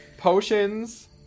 Potions